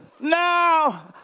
Now